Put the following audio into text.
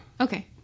Okay